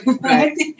right